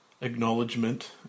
acknowledgement